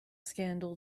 scandal